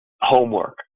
homework